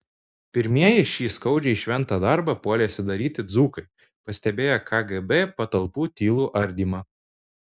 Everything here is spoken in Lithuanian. pirmieji šį skaudžiai šventą darbą puolėsi daryti dzūkai pastebėję kgb patalpų tylų ardymą